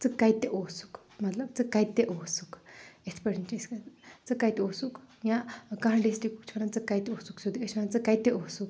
ژٕ کَتہِ اوسُکھ مطلب ژٕ کَتہِ اوسُکھ اِتھ پٲٹھۍ چھِ أسۍ وَنان ژٕ کَتہِ اوسُکھ یا کانہہ ڈِسٹرِکُک چھُ وَنان ژٕ کَتہِ اوسُکھ سیٚودُے أسۍ چھِ وَنان ژٕ کَتہِ اوسُکھ